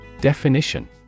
Definition